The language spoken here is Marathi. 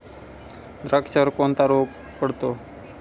द्राक्षावर कोणता रोग पडतो?